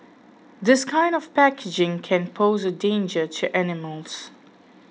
this kind of packaging can pose a danger to animals